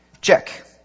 Check